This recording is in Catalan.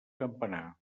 campanar